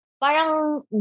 Parang